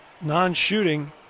non-shooting